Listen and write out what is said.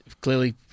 clearly